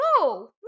no